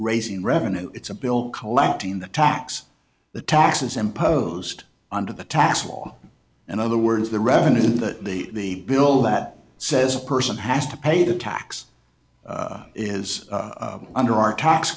raising revenue it's a bill collecting the tax the taxes imposed under the tassel and other words the revenue that the bill that says a person has to pay the tax is under our tax